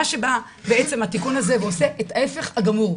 מה שבא, בעצם התיקון הזה, ועושה את ההיפך הגמור.